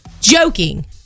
joking